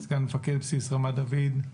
סגן מפקד בסיס רמת דוד,